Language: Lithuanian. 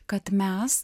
kad mes